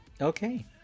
Okay